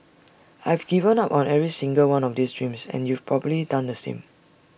I've given up on every single one of these dreams and you've probably done the same